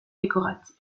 décoratif